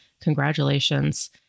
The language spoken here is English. congratulations